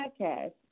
podcast